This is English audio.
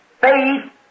faith